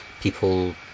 people